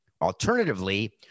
Alternatively